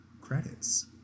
credits